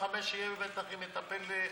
ב-2035 יהיה לי מטפל נפאלי,